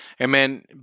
amen